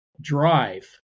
drive